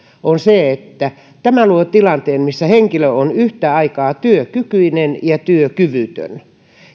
on se että tämä luo tilanteen missä henkilö on yhtä aikaa työkykyinen ja työkyvytön